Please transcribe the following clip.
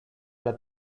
alla